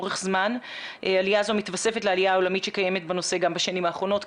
את הדעת וגם לקדם פתרונות הוליסטיים ורצף של טיפול,